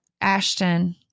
Ashton